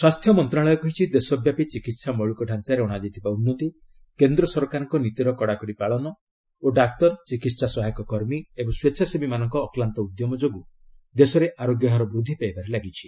ସ୍ୱାସ୍ଥ୍ୟ ମନ୍ତ୍ରଣାଳୟ କହିଛି ଦେଶବ୍ୟାପୀ ଚିକିତ୍ସା ମୌଳିକ ତ୍ୱାଞ୍ଚାରେ ଅଣାଯାଇଥିବା ଉନ୍ନତି କେନ୍ଦ୍ର ସରକାରଙ୍କ ନୀତିର କଡାକଡି ପାଳନ ଓ ଡାକ୍ତର ଚିକିତ୍ସା ସହାୟକ କର୍ମୀ ଏବଂ ସ୍ୱେଚ୍ଛାସେବୀମାନଙ୍କ ଅକ୍ଲାନ୍ତ ଉଦ୍ୟମ ଯୋଗୁଁ ଦେଶରେ ଆରୋଗ୍ୟହାର ବୃଦ୍ଧି ପାଇବାରେ ଲାଗିଛି